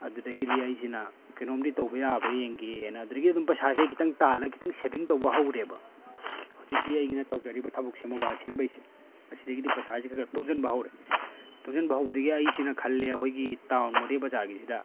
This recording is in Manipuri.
ꯑꯗꯨꯗꯒꯤꯗꯤ ꯑꯩꯁꯤꯅ ꯀꯩꯅꯣꯝꯗꯤ ꯇꯧꯕ ꯌꯥꯕ꯭ꯔꯥ ꯌꯦꯡꯒꯦꯅ ꯑꯗꯨꯗꯒꯤꯗꯤ ꯑꯗꯨꯝ ꯄꯩꯁꯥꯁꯦ ꯈꯤꯇꯪ ꯇꯥꯜꯂ ꯈꯤꯇꯪ ꯁꯦꯕꯤꯡ ꯇꯧꯕ ꯍꯧꯔꯦꯕ ꯍꯧꯖꯤꯛꯀꯤ ꯑꯩꯒꯤꯅ ꯇꯧꯖꯔꯤꯕ ꯊꯕꯛꯁꯦ ꯃꯣꯕꯥꯏꯜ ꯁꯦꯝꯕꯒꯤꯁꯦ ꯃꯁꯤꯗꯒꯤꯗꯤ ꯄꯩꯁꯥꯁꯦ ꯈꯔ ꯈꯔ ꯇꯨꯡꯁꯤꯟꯕ ꯍꯧꯔꯦ ꯇꯨꯡꯁꯤꯟꯕ ꯍꯧꯕꯗꯒꯤ ꯑꯩꯁꯤꯅ ꯈꯜꯂꯤ ꯑꯩꯈꯣꯏꯒꯤ ꯇꯥꯎꯟ ꯃꯣꯔꯦ ꯕꯖꯥꯔꯒꯤꯁꯤꯗ